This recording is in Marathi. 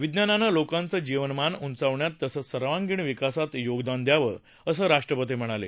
विज्ञानानं लोकांचं जीवनमान उंचावण्यात तसंच सर्वांगीण विकासात योगदान द्यावं असं राष्ट्रपती म्हणाले